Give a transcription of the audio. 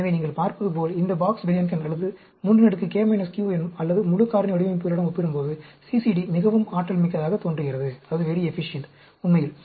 எனவே நீங்கள் பார்ப்பதுபோல் இந்த பாக்ஸ் பெஹன்கென் அல்லது 3k q அல்லது முழு காரணி வடிவமைப்புகளுடன் ஒப்பிடும்போது CCD மிகவும் ஆற்றல் மிக்கதாகத் தோன்றுகிறது உண்மையில்